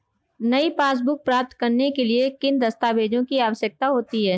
नई पासबुक प्राप्त करने के लिए किन दस्तावेज़ों की आवश्यकता होती है?